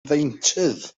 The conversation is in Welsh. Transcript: ddeintydd